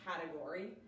category